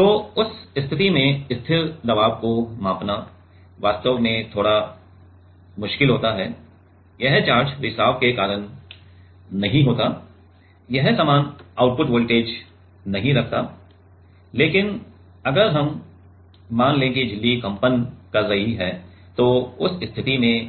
तो उस स्थिति में स्थिर दबाव को मापना वास्तव में थोड़ा मुश्किल होता है यह चार्ज रिसाव के कारण नहीं होता है यह समान आउटपुट वोल्टेज नहीं रखता है लेकिन अगर मान लें कि झिल्ली कंपन कर रही है तो उस स्थिति में